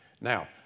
Now